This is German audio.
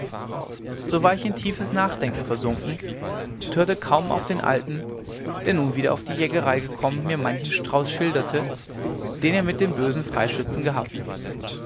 so war ich in tiefes nachdenken versunken und hörte kaum auf den alten der nun wieder auf die jägerei gekommen mir manchen strauß schilderte den er mit den bösen freischützen gehabt